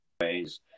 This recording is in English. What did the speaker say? ways